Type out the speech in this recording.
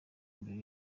imbere